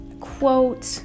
quote